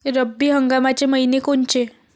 रब्बी हंगामाचे मइने कोनचे?